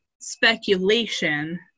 speculation